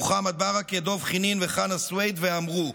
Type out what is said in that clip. מוחמד ברכה, דב חנין וחנא סוויד, ואמרו: